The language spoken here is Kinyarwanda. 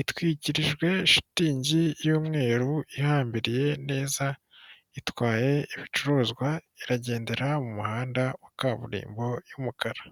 Itwikirijwe shitingi y'umweru ihambiriye neza, itwaye ibicuruzwa iragendera mu muhanda wa kaburimbo y'umukara.